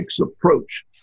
approach